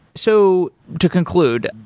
so to conclude,